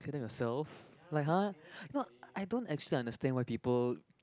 clear that yourself like [huh] not I don't actually understand why people